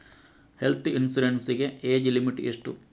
Health insurance ಗೆ age limit ಎಷ್ಟು?